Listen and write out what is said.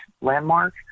landmark